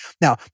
Now